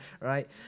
right